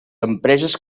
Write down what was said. empreses